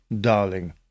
Darling